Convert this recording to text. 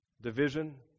Division